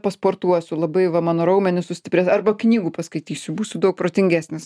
pasportuosiu labai va mano raumenys sustiprės arba knygų paskaitysiu būsiu daug protingesnis